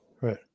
Right